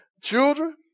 Children